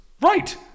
Right